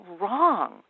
wrong